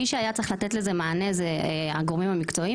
מי שהיה צריך לתת לזה מענה אלה הגורמים המקצועיים.